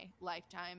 lifetime